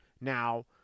Now